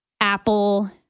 apple